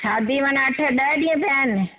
शादी माना अठ ॾह ॾींहं पिया आहिनि